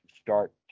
start